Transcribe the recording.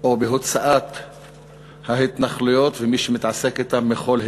או בהוצאת ההתנחלויות ומי שמתעסק אתן מכל הסכם.